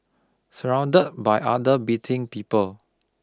surrounded by other bleating people